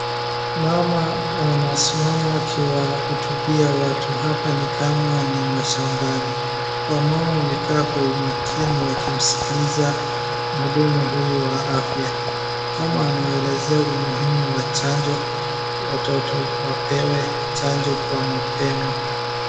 Mama anasimama akiwahutubia watu hapa ni kama ni mashambani. Wamama wamekaa kwa umakini wakimskiliza mhudumu huyu wa afya. Kama anawaelezea umuhimu wachanjo watoto wapewe chanjo kwa mapema.